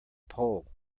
pole